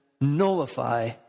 nullify